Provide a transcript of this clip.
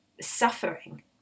suffering